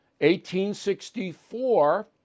1864